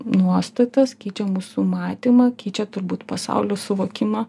nuostatas keičia mūsų matymą keičia turbūt pasaulio suvokimą